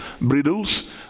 bridles